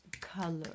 color